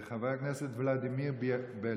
חבר הכנסת ולדימיר בליאק.